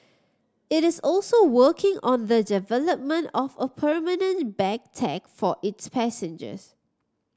it is also working on the development of a permanent bag tag for its passengers